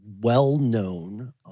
well-known